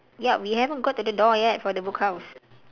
yup we haven't got to the door yet for the book house